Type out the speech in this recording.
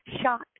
shot